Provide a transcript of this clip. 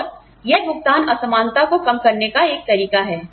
और यह भुगतान असमानता को कम करने का एक तरीका है